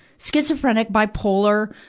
schizophrenic, bipolar,